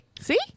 See